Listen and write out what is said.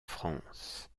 france